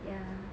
ya